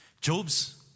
Job's